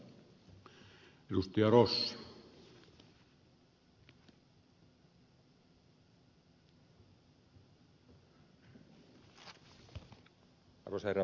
arvoisa herra puhemies